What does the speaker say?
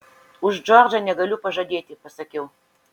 už džordžą negaliu pažadėti pasakiau